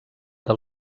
del